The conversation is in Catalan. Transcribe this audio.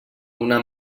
una